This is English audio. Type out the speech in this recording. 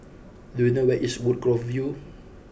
do you know where is Woodgrove View